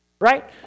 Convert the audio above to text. right